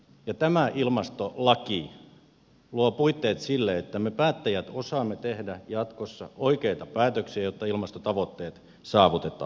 ja tämä ilmastolaki luo puitteet sille että me päättäjät osaamme tehdä jatkossa oikeita päätöksiä jotta ilmastotavoitteet saavutetaan